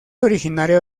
originaria